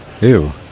Ew